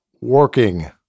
working